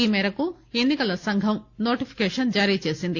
ఈమేరకు ఎన్పికల సంఘం నోటిఫికేషన్ జారీచేసింది